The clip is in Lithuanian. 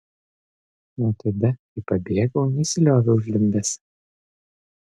nuo tada kai pabėgau nesilioviau žliumbęs